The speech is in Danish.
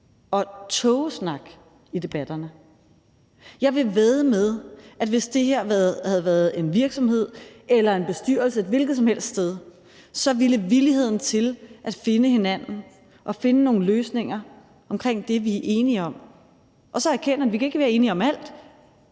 og tågesnak i debatterne. Jeg vil vædde med, at hvis det her havde været en virksomhed eller en bestyrelse et hvilket som helst sted, ville villigheden til at finde hinanden og finde nogle løsninger på det, man er enige om, være langt større, og man ville være mere